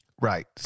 Right